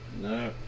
No